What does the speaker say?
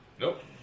Nope